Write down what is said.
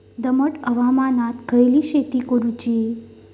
दमट हवामानात खयली शेती करूची?